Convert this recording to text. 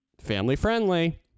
Family-friendly